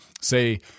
Say